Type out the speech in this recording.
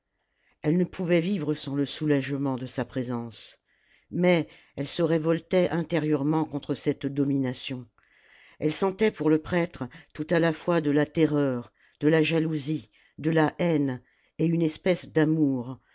elle ne pouvait vivre sans le soulagement de sa présence mais elle se révoltait intérieurement contre cette domination elle sentait pour le prêtre tout à la fois de la terreur de la jalousie de la hame et une espèce d'amour